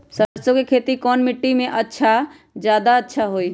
सरसो के खेती कौन मिट्टी मे अच्छा मे जादा अच्छा होइ?